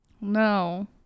No